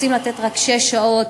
רוצים לתת רק שש שעות,